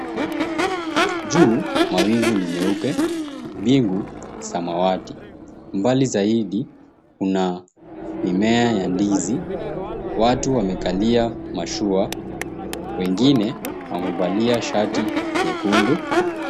Juu mawingu ni meupe, mbingu samawati. Mbali zaidi kuna mimea ya ndizi, watu wamekalia mashua, wengine wamevalia shati nyekundu.